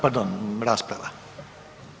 Pardon, rasprava.